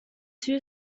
two